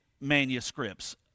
manuscripts